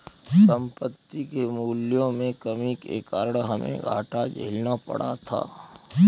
संपत्ति के मूल्यों में कमी के कारण हमे घाटा झेलना पड़ा था